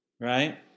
right